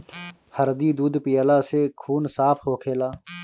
हरदी दूध पियला से खून साफ़ होखेला